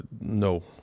no